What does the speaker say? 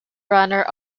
runner